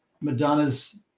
Madonna's